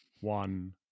one